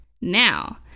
now